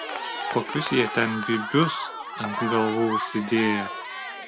kokius jie ten bybius ant galvų užsidėję